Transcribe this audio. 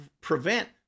prevent